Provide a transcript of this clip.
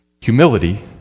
Humility